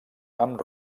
amb